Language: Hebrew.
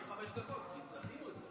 חמש דקות, כי דחינו את זה.